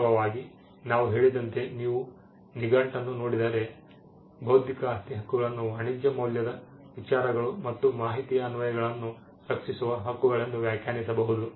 ವಾಸ್ತವವಾಗಿ ನಾನು ಹೇಳಿದಂತೆ ನೀವು ನಿಘಂಟನ್ನು ನೋಡಿದರೆ ಬೌದ್ಧಿಕ ಆಸ್ತಿ ಹಕ್ಕುಗಳನ್ನು ವಾಣಿಜ್ಯ ಮೌಲ್ಯದ ವಿಚಾರಗಳು ಮತ್ತು ಮಾಹಿತಿಯ ಅನ್ವಯಗಳನ್ನು ರಕ್ಷಿಸುವ ಹಕ್ಕುಗಳೆಂದು ವ್ಯಾಖ್ಯಾನಿಸಬಹುದು